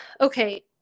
okay